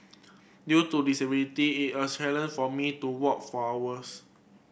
due to disability it a challenge for me to walk for hours